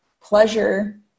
pleasure